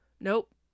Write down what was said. Nope